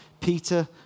Peter